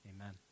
Amen